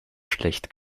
schlecht